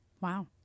Wow